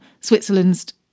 Switzerland's